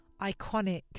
iconic